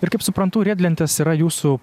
ir kaip suprantu riedlentės yra jūsų